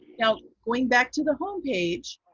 now, going back to the home page,